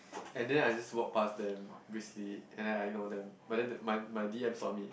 and then I just walk pass them briskly and then I know them but then my my D_M saw me